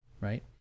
right